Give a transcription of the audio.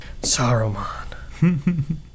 Saruman